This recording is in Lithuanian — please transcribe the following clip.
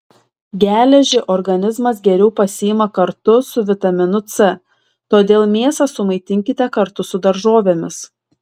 geležį organizmas geriau pasiima kartu su vitaminu c todėl mėsą sumaitinkite kartu su daržovėmis